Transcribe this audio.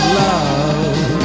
love